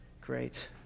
Great